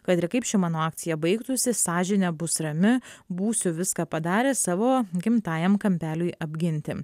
kad ir kaip ši mano akcija baigtųsi sąžinė bus rami būsiu viską padaręs savo gimtajam kampeliui apginti